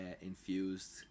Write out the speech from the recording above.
infused